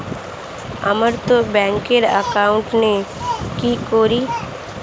আমারতো ব্যাংকে একাউন্ট নেই কি করি?